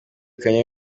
kanye